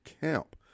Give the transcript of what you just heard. Camp